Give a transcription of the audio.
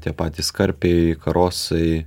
tie patys karpiai karosai